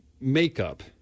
makeup